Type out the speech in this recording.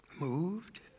Moved